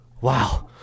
Wow